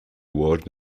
ward